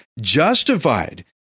justified